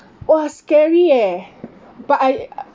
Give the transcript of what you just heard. !wah! scary eh but I